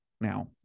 Now